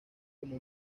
como